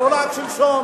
זה לא רק שלשום,